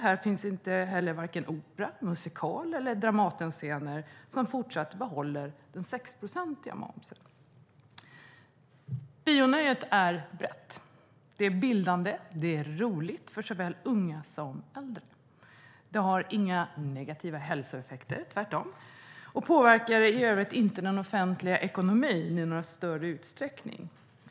Här finns inte opera, musikal eller Dramatenscener som fortsatt behåller momsen på 6 procent. Bionöjet är brett, bildande och roligt för såväl unga som äldre. Det har inga negativa hälsoeffekter, tvärtom, och det påverkar i övrigt inte den offentliga ekonomin i någon större utsträckning.